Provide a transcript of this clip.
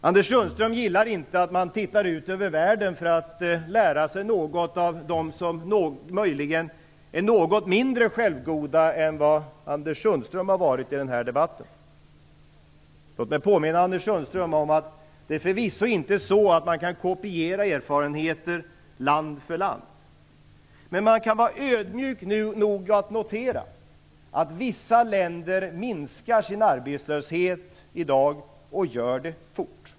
Anders Sundström gillar inte att man tittar ut över världen för att lära sig något av dem som möjligen är något mindre självgoda än vad Anders Sundström har varit i den här debatten. Låt mig påminna Anders Sundström om en sak. Det är förvisso inte så att man kan kopiera erfarenheter från land till land, men man kan vara ödmjuk nog att notera att vissa länder minskar sin arbetslöshet i dag och gör det fort.